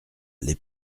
les